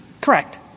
correct